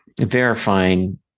verifying